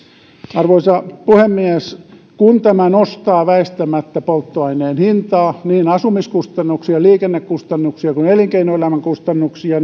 arvoisa puhemies kun tämä nostaa väistämättä polttoaineen hintaa niin asumiskustannuksia ja liikennekustannuksia kuin elinkeinoelämän kustannuksia